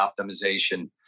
optimization